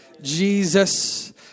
Jesus